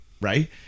right